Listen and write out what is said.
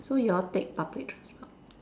so you all take public transport